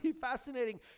fascinating